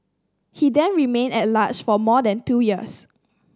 he then remained at large for more than two years